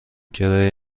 کرایه